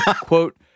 quote